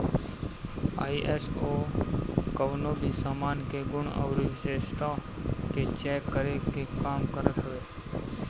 ISO कवनो भी सामान के गुण अउरी विशेषता के चेक करे के काम करत हवे